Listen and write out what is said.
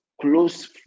close